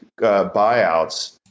buyouts